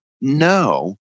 no